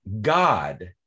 God